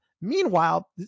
Meanwhile